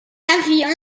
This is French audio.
avions